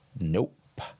Nope